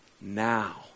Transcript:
now